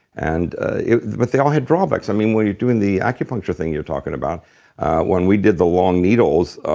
and but they all had drawbacks. i mean, when you're doing the acupuncture thing you're talking about when we did the long needles,